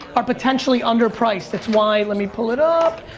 are potentially underpriced. that's why, let me pull it up,